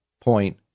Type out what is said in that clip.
Point